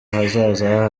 ahazaza